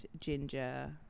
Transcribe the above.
ginger